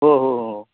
हो हो हो